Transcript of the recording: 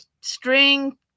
string